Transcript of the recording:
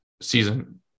season